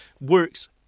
Works